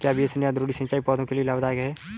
क्या बेसिन या द्रोणी सिंचाई पौधों के लिए लाभदायक है?